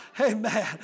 Amen